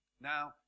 Now